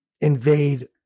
invade